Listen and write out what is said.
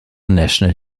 national